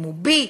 אם הוא בי,